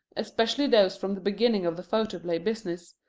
especially those from the beginning of the photoplay business,